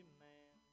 man